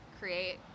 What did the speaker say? create